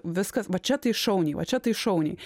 viskas va čia tai šauniai va čia tai šauniai